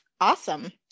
Awesome